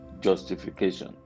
justification